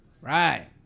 Right